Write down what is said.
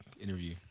interview